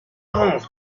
rance